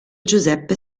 giuseppe